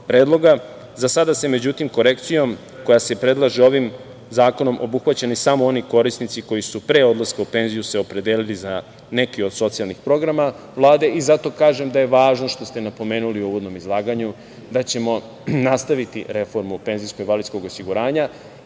Za sada su, međutim, korekcijom koja se predlaže ovim zakonom obuhvaćeni samo oni korisnici koji su se pre odlaska u penziju opredelili za neki od socijalnih programa Vlade i zato kažem da je važno što ste napomenuli u uvodnom izlaganju da ćemo nastaviti reformu PIO i verujemo da